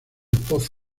pozo